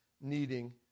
needing